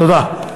תודה.